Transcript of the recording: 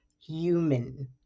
human